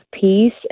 peace